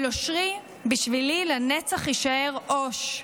אבל אושרי, בשבילי לנצח יישאר אוש.